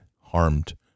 harmed